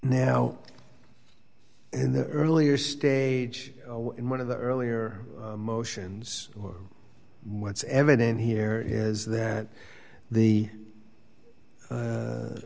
now in the earlier stage in one of the earlier motions or what's evident here is that the